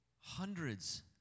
hundreds